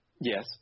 Yes